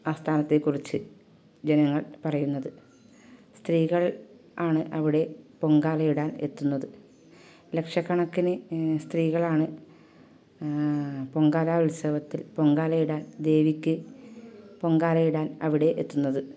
ആ സ്ഥാനത്തെക്കുറിച്ച് ജനങ്ങൾ പറയുന്നത് സ്ത്രീകൾ ആണ് അവിടെ പൊങ്കാലയിടാൻ എത്തുന്നത് ലക്ഷക്കണക്കിന് സ്ത്രീകളാണ് പൊങ്കാലാ ഉത്സവത്തിൽ പൊങ്കാലയിടാൻ ദേവിക്ക് പൊങ്കാലയിടാൻ അവിടെ എത്തുന്നത്